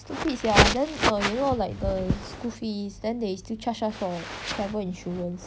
stupid sia then err you know like the school fees then they still charge us for travel insurance